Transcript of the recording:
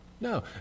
No